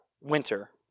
winter